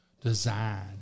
design